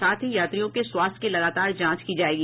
साथ ही यात्रियों के स्वास्थ्य की लगातार जांच की जायेगी